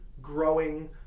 growing